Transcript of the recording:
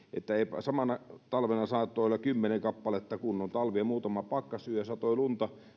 että samana talvena saattaa olla kymmenen kappaletta kunnon talvia oli muutama pakkasyö satoi lunta